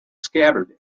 scabbard